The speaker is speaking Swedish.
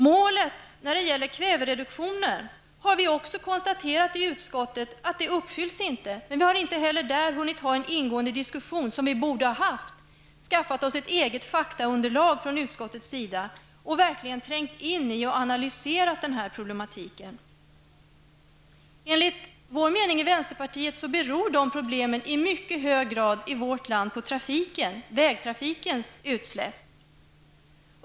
Att målet för kvävereduktionen inte uppfyllts har vi också konstaterat i utskottet. Men vi har inte heller där hunnit ha en ingående diskussion, som vi borde ha haft, för att skaffa oss ett eget faktaunderlag och verkligen tränga in i och analysera den här problematiken. Enligt vänsterpartiets mening beror det problemet i vårt land i mycket hög grad på vägtrafikens utsläpp.